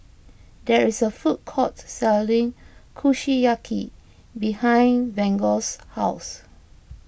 there is a food court selling Kushiyaki behind Vaughn's house